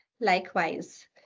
Likewise